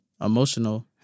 emotional